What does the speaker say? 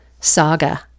saga